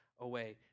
away